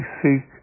seek